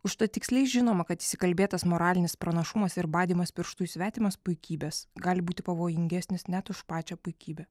užtat tiksliai žinoma kad įsikalbėtas moralinis pranašumas ir badymas pirštu į svetimas puikybes gali būti pavojingesnis net už pačią puikybę